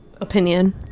Opinion